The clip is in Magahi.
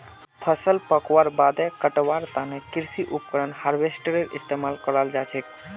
फसल पकवार बादे कटवार तने कृषि उपकरण हार्वेस्टरेर इस्तेमाल कराल जाछेक